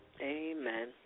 Amen